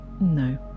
No